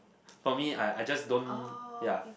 for me I I just don't ya